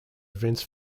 events